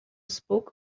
spoke